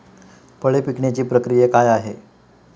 फळे पिकण्याची प्रक्रिया काय आहे?